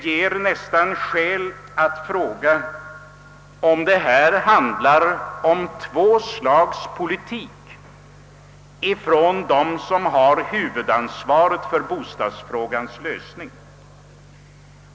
Jag finner faktiskt anledning fråga: För de som har huvudansvaret för bostadsfrågans lösning två slag av politik?